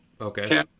okay